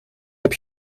heb